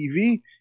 TV